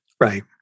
Right